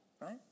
Right